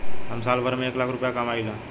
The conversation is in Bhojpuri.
हम साल भर में एक लाख रूपया कमाई ला